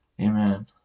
Amen